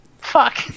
fuck